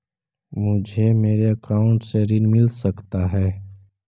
मुझे मेरे अकाउंट से ऋण मिल सकता है?